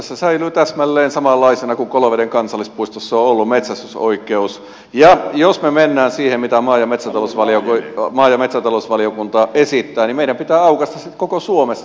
tässä säilyy metsästysoikeus täsmälleen samanlaisena kuin se on ollut koloveden kansallispuistossa ja jos me menemme siihen mitä maa ja metsätalousvaliokunta esittää niin meidän pitää aukaista sitten koko suomessa sama käytäntö